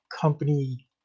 company